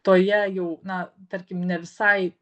toje jau na tarkim ne visai